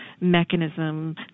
mechanism